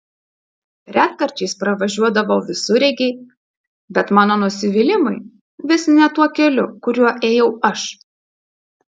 retkarčiais pravažiuodavo visureigiai bet mano nusivylimui vis ne tuo keliu kuriuo ėjau aš